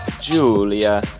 Julia